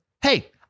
hey